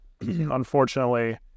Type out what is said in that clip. unfortunately